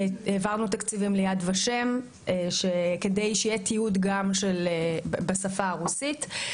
העברנו תקציבים ליד ושם כדי שיהיה תיעוד גם בשפה הרוסית.